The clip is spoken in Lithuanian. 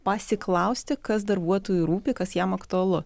pasiklausti kas darbuotojui rūpi kas jam aktualu